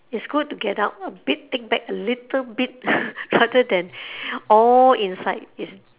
it's good to get out a bit take back a little bit rather than all inside it's